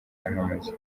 ahamaze